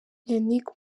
yannick